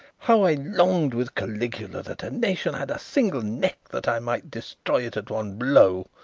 how i longed with caligula that a nation had a single neck that i might destroy it at one blow.